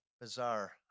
bizarre